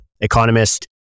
Economist